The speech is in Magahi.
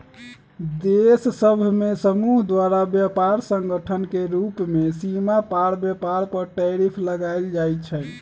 देश सभ के समूह द्वारा व्यापार संगठन के रूप में सीमा पार व्यापार पर टैरिफ लगायल जाइ छइ